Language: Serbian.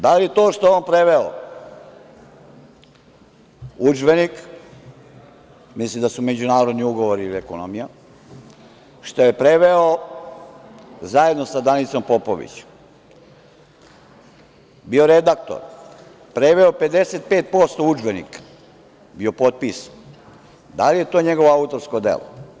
Da li to što je on preveo udžbenik, mislim da su međunarodni ugovori ili ekonomija, zajedno sa Danicom Popović, bio redaktor, preveo 55% udžbenika, bio potpisan, da li je to njegovo autorsko delo?